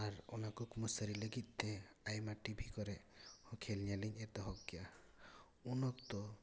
ᱟᱨ ᱚᱱᱟ ᱠᱩᱠᱢᱩ ᱥᱟᱹᱨᱤ ᱞᱟᱹᱜᱤᱫ ᱛᱮ ᱟᱭᱢᱟ ᱴᱤᱵᱷᱤ ᱠᱚᱨᱮ ᱠᱷᱮᱞ ᱧᱮᱞ ᱤᱧ ᱮᱛᱚᱦᱚᱵ ᱠᱮᱜᱼᱟ ᱩᱱ ᱚᱠᱛᱚ